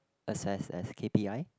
assessed as k_p_i